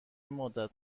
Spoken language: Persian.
مدت